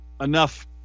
enough